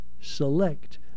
select